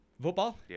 Football